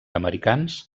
americans